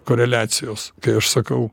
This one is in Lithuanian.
koreliacijos kai aš sakau